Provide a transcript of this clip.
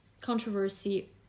controversy